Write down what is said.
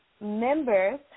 members